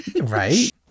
Right